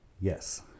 Yes